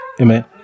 Amen